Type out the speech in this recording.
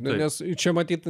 nes čia matyt